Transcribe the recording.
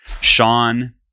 Sean